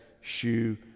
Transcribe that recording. shoe